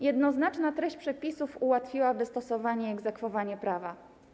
Jednoznaczna treść przepisów ułatwiłaby stosowanie i egzekwowanie prawa.